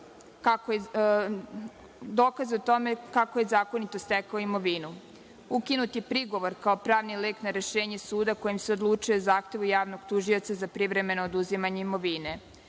dokaze o tome kako je zakonito stekao imovinu. Ukinut je prigovor kao pravni lek na rešenje suda kojim se odlučuje o zahtevu javnog tužioca za privremeno oduzimanje imovine.